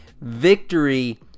victory